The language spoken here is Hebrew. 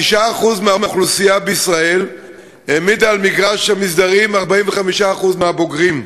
9% מהאוכלוסייה בישראל העמידה על מגרש המסדרים 45% מהבוגרים.